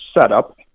setup